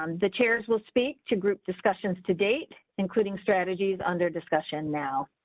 um the chairs will speak to group discussions to date, including strategies under discussion. now.